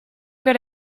good